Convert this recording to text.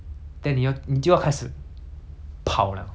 okay 因为我不喜欢走路